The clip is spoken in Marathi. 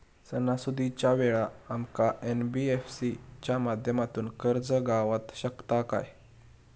सणासुदीच्या वेळा आमका एन.बी.एफ.सी च्या माध्यमातून कर्ज गावात शकता काय?